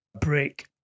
break